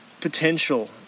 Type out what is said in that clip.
potential